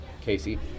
Casey